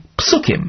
psukim